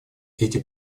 эти